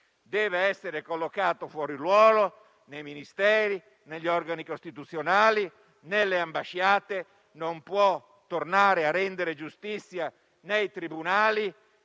deve essere collocato fuori ruolo nei Ministeri, negli organi costituzionali e nelle ambasciate. Non può tornare a rendere giustizia nei tribunali,